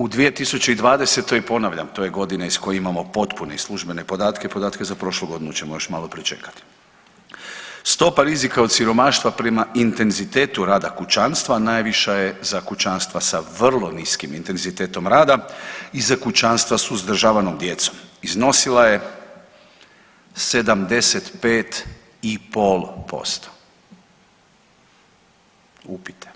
U 2020. ponavljam to je godina iz koje imamo potpune i službene podatke, podatke za prošlu godinu ćemo još malo pričekati, stopa rizika od siromaštva prema intenzitetu rada kućanstva najviša je za kućanstva sa vrlo niskim intenzitetom rada i za kućanstva s uzdržavanom djecom, iznosila je 75,5%, upijte,